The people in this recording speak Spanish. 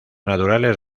naturales